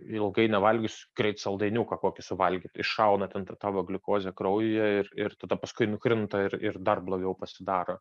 ilgai nevalgius greit saldainiuką kokį suvalgyti iššauna ten ta tavo gliukozė kraujyje ir ir tada paskui nukrinta ir ir dar blogiau pasidaro